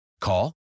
Call